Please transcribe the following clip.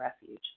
refuge